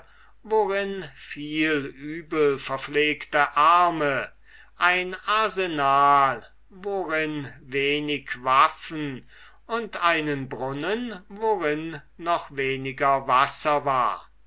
worin viel übelverpflegte arme ein arsenal worin wenig waffen und einen brunnen worin noch weniger wasser war